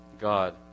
God